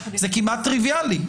זה כמעט טריוויאלי.